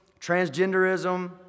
transgenderism